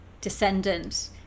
descendant